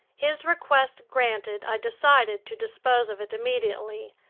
his request granted, i decided to dispose of it immediately.